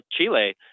Chile